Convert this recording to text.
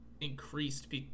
increased